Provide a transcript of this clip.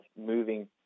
moving